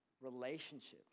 relationships